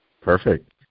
Perfect